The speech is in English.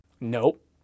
Nope